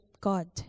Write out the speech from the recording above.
God